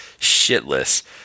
shitless